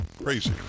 Crazy